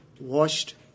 washed